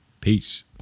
Peace